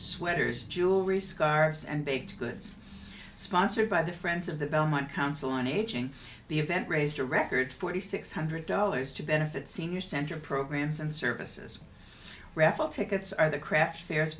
sweaters jewelry scarves and baked goods sponsored by the friends of the belmont council on aging the event raised a record forty six hundred dollars to benefit senior center programs and services raffle tickets are the craft fairs